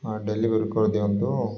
ହଁ ଡେଲିଭରି କରିଦିଅନ୍ତୁ